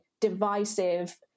divisive